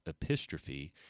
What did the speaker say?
Epistrophe